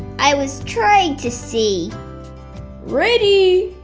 i was trying to see ready!